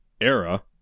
era